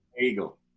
Eagle